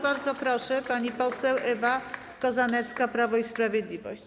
Bardzo proszę, pani poseł Ewa Kozanecka, Prawo i Sprawiedliwość.